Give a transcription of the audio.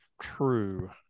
true